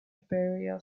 burial